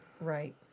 Right